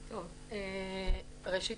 ראשית,